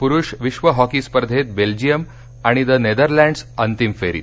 पुरुष विश्व हॉकी स्पर्धेत बेल्जियम आणि द नेदरलँड्स अंतिम फेरीत